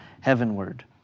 heavenward